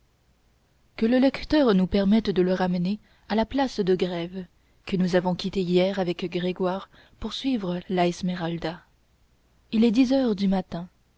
que le lecteur nous permette de le ramener à la place de grève que nous avons quittée hier avec gringoire pour suivre la esmeralda il est dix heures du matin